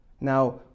Now